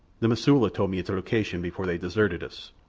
the mosula told me its location before they deserted us.